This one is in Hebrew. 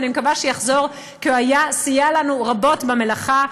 ואני מקווה שיחזור כי הוא סייע לנו רבות במלאכה,